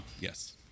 yes